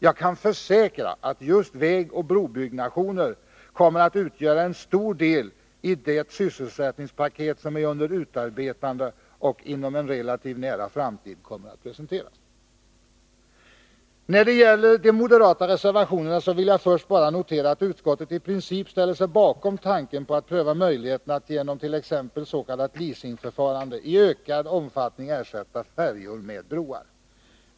Jag kan försäkra att just vägoch brobyggnationer kommer att utgöra en stor del i det sysselsättningspaket som är under utarbetande och som inom en relativt nära framtid kommer att presenteras. När det gäller de moderata reservationerna vill jag först bara notera att utskottet i princip ställer sig bakom tanken på att pröva möjligheterna att t.ex. genom s.k. leasingförfarande i ökad omfattning ersätta färjor med broar.